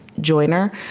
joiner